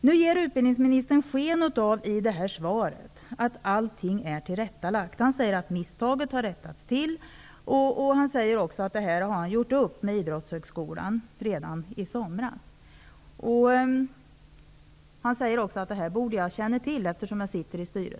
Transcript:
Nu ger utbildningsministern i sitt svar sken av att allt är tillrättalagt. Han säger att ''misstaget rättats till''. Han säger också att han redan i somras gjorde upp med Idrottshögskolan om detta. Dessutom säger han att jag som sitter med i Idrottshögskolans styrelse borde känna till detta.